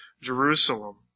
Jerusalem